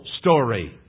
story